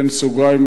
בסוגריים,